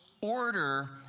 order